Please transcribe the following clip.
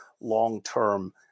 long-term